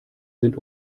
sind